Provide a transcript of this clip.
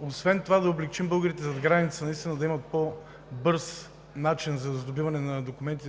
освен това да облекчим българите зад граница, да има и по бърз начин за сдобиване с